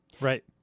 Right